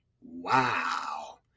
Wow